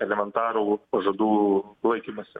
elementarų pažadų laikymąsi